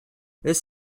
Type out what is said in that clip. this